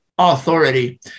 authority